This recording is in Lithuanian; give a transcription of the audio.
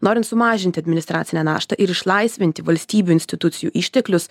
norint sumažinti administracinę naštą ir išlaisvinti valstybių institucijų išteklius